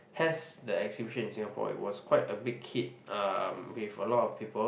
has the exhibition in Singapore it was quite a big hit uh with a lot of people